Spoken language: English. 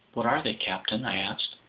what are they, captain? i asked.